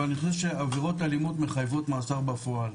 אבל אני חושב שעבירות אלימות מחייבות מאסר בפועל.